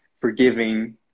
forgiving